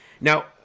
Now